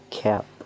cap